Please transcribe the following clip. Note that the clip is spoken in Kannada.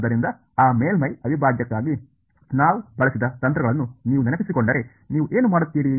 ಆದ್ದರಿಂದ ಆ ಮೇಲ್ಮೈ ಅವಿಭಾಜ್ಯಕ್ಕಾಗಿ ನಾವು ಬಳಸಿದ ತಂತ್ರಗಳನ್ನು ನೀವು ನೆನಪಿಸಿಕೊಂಡರೆ ನೀವು ಏನು ಮಾಡುತ್ತೀರಿ